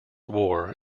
war